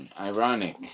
ironic